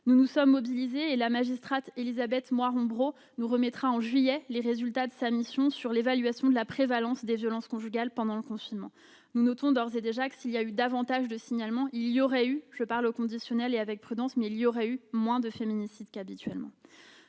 Nous nous sommes mobilisés et la magistrate Élisabeth Moiron-Braud me remettra en juillet les résultats de sa mission sur l'évaluation de la prévalence des violences conjugales pendant le confinement. Nous notons d'ores et déjà que, s'il y a eu davantage de signalements, il y aurait eu- je parle au conditionnel et avec prudence -moins de féminicides qu'habituellement.